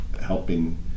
helping